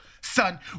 son